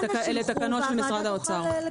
אלה תקנות של משרד האוצר.